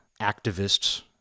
activists